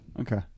Okay